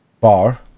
bar